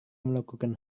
melakukan